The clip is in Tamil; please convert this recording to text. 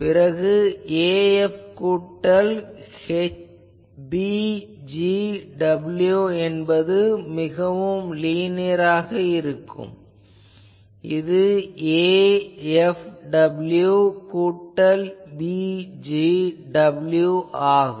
பிறகு af கூட்டல் bg w என்பது மிகவும் லீனியர் ஆகும் இது a f w கூட்டல் b g w போன்றதாகும்